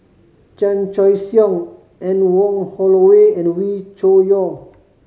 Chan Choy Siong Anne Wong Holloway and Wee Cho Yaw